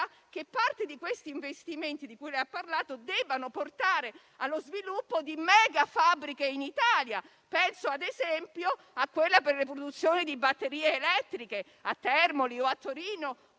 che parte di questi investimenti di cui lei ha parlato porti allo sviluppo di megafabbriche in Italia. Penso, ad esempio, a quella per la produzione di batterie elettriche a Termoli o a Torino,